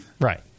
Right